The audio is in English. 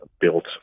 built